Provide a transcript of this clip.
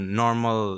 normal